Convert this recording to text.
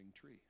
tree